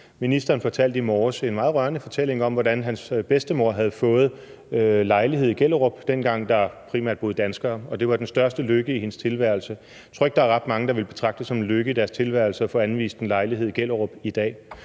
Ministeren fortalte i morges en meget rørende fortælling om, hvordan hans bedstemor havde fået lejlighed i Gellerup, dengang der primært boede danskere dér, og det var den største lykke i hendes tilværelse. Jeg tror ikke, der er ret mange, der ville betragte det som en lykke i deres tilværelse at få anvist en lejlighed i Gellerup i dag.